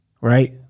right